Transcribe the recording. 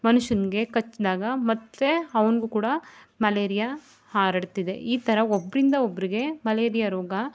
ಮನುಷ್ಯನ್ಗೆ ಕಚ್ಚಿದಾಗ ಮತ್ತು ಅವ್ನಿಗು ಕೂಡ ಮಲೇರಿಯ ಹರಡ್ತಿದೆ ಈ ಥರ ಒಬ್ಬರಿಂದ ಒಬ್ಬರಿಗೆ ಮಲೇರಿಯ ರೋಗ